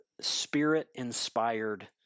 Spirit-inspired